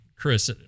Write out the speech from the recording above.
Chris